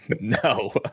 No